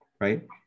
right